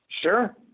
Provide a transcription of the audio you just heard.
Sure